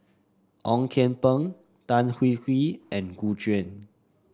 Ong Kian Peng Tan Hwee Hwee and Gu Juan